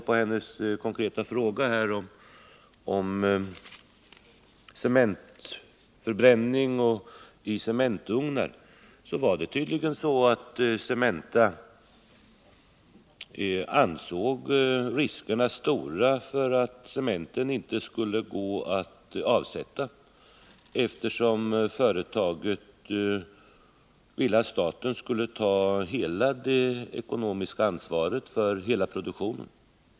På hennes konkreta fråga om cementförbränning i cementugnar vill jag svara att det tydligen var så att Cementa ansåg att riskerna var stora för att cementen inte skulle gå att avsätta, eftersom företaget ville att staten skulle ta det ekonomiska ansvaret för hela produktionen.